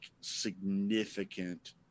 significant